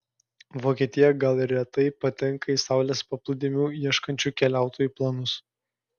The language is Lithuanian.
vokietija gal ir retai patenka į saulės ir paplūdimių ieškančių keliautojų planus